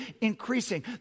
increasing